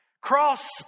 Cross